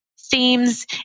themes